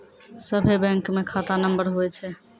सभे बैंकमे खाता नम्बर हुवै छै